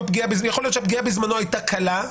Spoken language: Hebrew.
יכול להיות שהפגיעה בזמנו הייתה קלה,